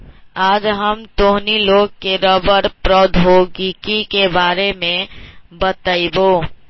आज हम तोहनी लोग के रबड़ प्रौद्योगिकी के बारे में बतईबो